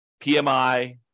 PMI